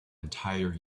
entire